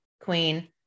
queen